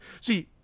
See